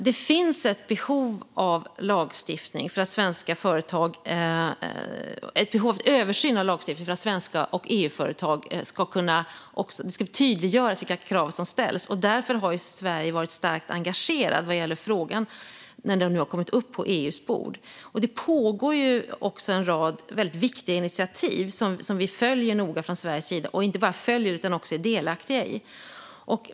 Det finns ett behov av översyn av lagstiftningen för att det ska tydliggöras vilka krav som ställs på svenska företag och EU-företag. Därför har Sverige varit starkt engagerat i frågan när den har kommit upp på EU:s bord. Det pågår också en rad väldigt viktiga initiativ som vi inte bara följer noga från Sveriges sida utan också är delaktiga i.